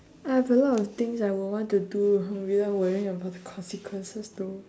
I have a lot of things I would want to do without worrying about the consequences too